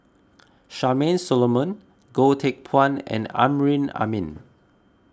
Charmaine Solomon Goh Teck Phuan and Amrin Amin